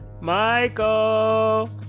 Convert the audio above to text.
Michael